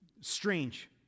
Strange